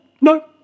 no